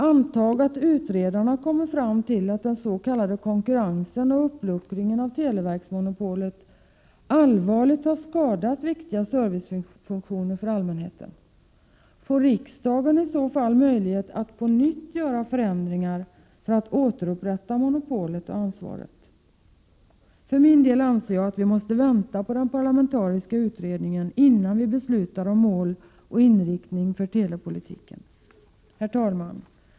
Antag att utredarna kommer fram till att den s.k. konkurrensen och uppluckringen av televerksmonopolet allvarligt har skadat viktiga servicefunktioner för allmänheten. Får riksdagen i så fall möjlighet att på nytt göra förändringar för att återupprätta monopolet och ansvaret? För min del anser jag att vi måste vänta på den parlamentariska utredningen innan vi beslutar om mål och inriktning för telepolitiken. Herr talman!